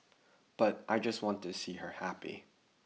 but I just want to see her happy